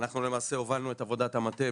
ואנחנו למעשה הובלנו את עבודת המטה,